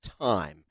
time